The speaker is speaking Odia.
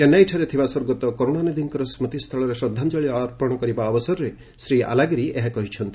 ଚେନ୍ନାଇଠାରେ ଥିବା ସ୍ୱର୍ଗତ କରୁଣାନିଧିଙ୍କର ସ୍କୃତି ସ୍ଥଳରେ ଶ୍ରଦ୍ଧାଞ୍ଜଳୀ ଅର୍ପଣ କରିବା ଅବସରରେ ଶ୍ରୀ ଆଲାଗିରି ଏହା କହିଛନ୍ତି